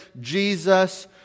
Jesus